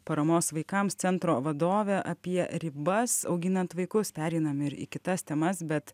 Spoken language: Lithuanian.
paramos vaikams centro vadovę apie ribas auginant vaikus pereinam ir į kitas temas bet